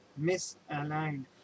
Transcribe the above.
misaligned